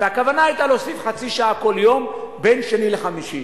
והכוונה היתה להוסיף חצי שעה כל יום בין שני לחמישי.